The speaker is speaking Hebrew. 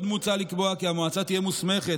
עוד מוצע לקבוע כי המועצה תהיה מוסמכת,